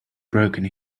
broken